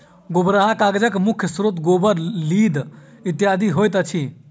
गोबराहा कागजक मुख्य स्रोत गोबर, लीद इत्यादि होइत अछि